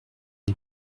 les